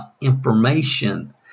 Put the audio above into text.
information